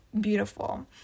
beautiful